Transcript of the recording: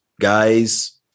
Guys